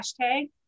hashtag